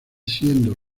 siendo